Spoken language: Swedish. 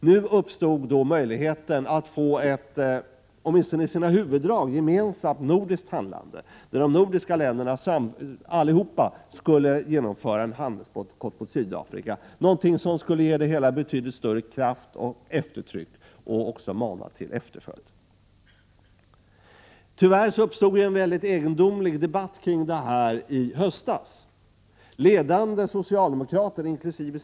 Nu uppstod den möjligheten att få ett, åtminstone i sina huvuddrag, gemensamt nordiskt handlande där alla de nordiska länderna skulle genomföra en handelsbojkott mot Sydafrika, något som skulle ge det hela betydligt större kraft och eftertryck och även mana till efterföljd. Tyvärr uppstod en egendomlig debatt kring det här i höstas. Ledande socialdemokrater, inkl.